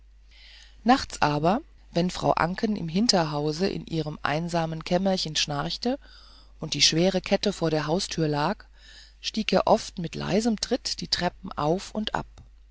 nachts aber wenn frau anken im hinterhaus in ihrem einsamen kämmerchen schnarchte und die schwere kette vor der haustür lag stieg er oft mit leisen tritt die treppen auf und ab